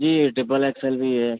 جی triple X L بھی ہے